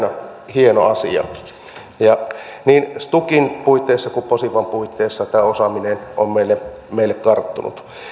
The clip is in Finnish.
hieno asia niin stukin puitteissa kuin posivan puitteissa tämä osaaminen on meille meille tarttunut